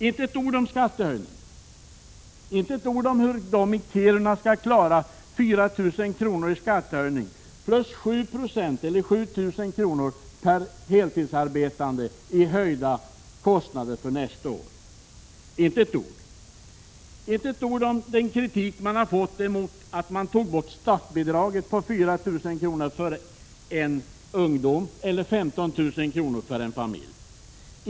Inte ett ord sade han om skattehöjningar, inte ett ord om hur de i Kiruna skall klara en skattehöjning på 4 000 kr. plus 7 000 kr. per heltidsarbetande i höjda kostnader för nästa år. Inte ett ord! Inte ett ord sades om den kritik man har fått för att man tog bort startbidraget på 4 000 kr. för ungdomar eller 15 000 kr. för en familj.